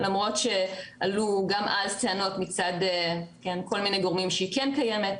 למרות שעלו גם אז טענות מצד כל מיני גורמים שהיא כן קיימת,